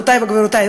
גבירותי ורבותי,